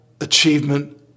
achievement